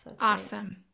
Awesome